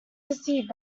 perceived